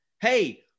Hey